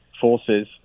forces